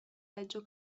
reggio